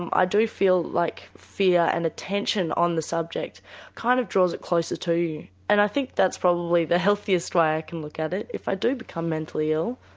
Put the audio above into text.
um i do feel like fear and attention on the subject kind of draws it closer to you and i think that's probably the healthiest way i can look at it. if i do become mentally ill,